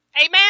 Amen